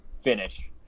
finish